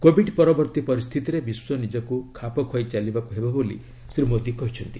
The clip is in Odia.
କୋବିଡ୍ ପରବର୍ତ୍ତୀ ପରିସ୍ଥିତିରେ ବିଶ୍ୱ ନିଜକୁ ଖାପ ଖୁଆଇ ଚାଲିବାକୁ ହେବ ବୋଲି ଶ୍ରୀ ମୋଦୀ କହିଛନ୍ତି